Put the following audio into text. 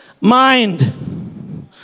mind